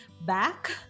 back